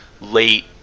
late